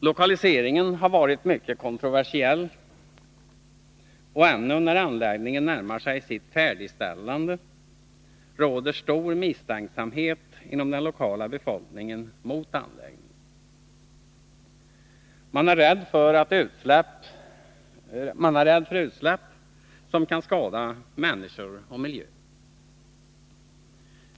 Lokaliseringen har varit mycket kontroversiell, och ännu när anläggningen närmar sig sitt färdigställande råder stor misstänksamhet inom den lokala befolkningen mot anläggningen. Man är rädd för utsläpp som kan skada människor och miljö.